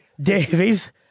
Davies